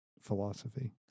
philosophy